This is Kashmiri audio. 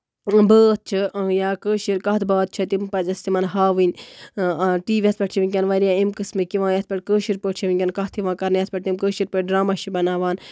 بٲتھ چھِ یا کٲشِر کَتھ باتھ چھِ تِم پَزِ اَسہِ تِمن ہاوٕنۍ ٹی وِیَس پٮ۪ٹھ چھِ وٕنکیٚن واریاہ اَمہِ قسمٕکۍ یِوان یَتھ پٮ۪ٹھ کٲشِر پٲٹھۍ چھِ وٕنکیٚن کَتھ یِوان کَرنہٕ یَتھ پٮ۪ٹھ تِم کٲشِر پٲٹھۍ ڈراما چھِ بَناوان